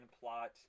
plot